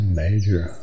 major